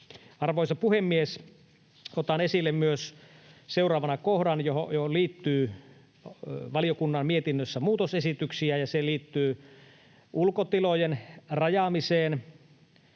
Arvoisa puhemies! Otan esille seuraavana kohdan, johon liittyy valiokunnan mietinnössä muutosesityksiä, ja se liittyy ulkotilojen rajaamiseen